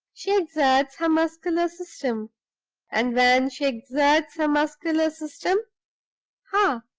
she exerts her muscular system and when she exerts her muscular system ha!